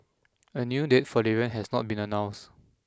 a new date for the event has not been announced